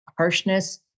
harshness